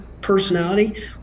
personality